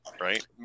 right